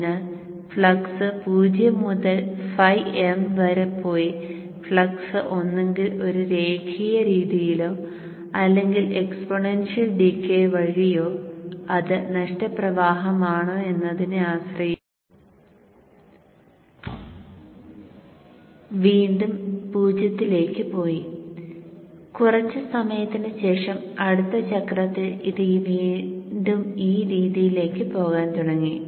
അതിനാൽ ഫ്ലക്സ് 0 മുതൽ φm വരെ പോയി ഫ്ലക്സ് ഒന്നുകിൽ ഒരു രേഖീയ രീതിയിലോ അല്ലെങ്കിൽ എക്സ്പോണൻഷ്യൽ ഡീകേയ് വഴിയോ പോയി അത് നഷ്ടപ്രവാഹമാണോ എന്നതിനെ ആശ്രയിച്ച് വീണ്ടും 0 ലേക്ക് പോയി കുറച്ച് സമയത്തിന് ശേഷം അടുത്ത ചക്രത്തിൽ ഇത് വീണ്ടും ഈ രീതിയിലേക്ക് പോകാൻ തുടങ്ങി